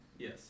Yes